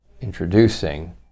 introducing